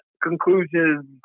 Conclusions